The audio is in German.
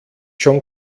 schon